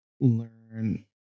learn